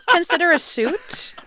consider a suit?